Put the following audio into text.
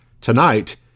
tonight